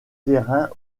terrains